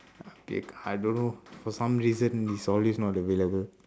adik I don't know for some reason he's always not available